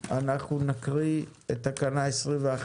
נקריא את תקנות 21,